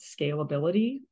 scalability